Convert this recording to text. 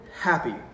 happy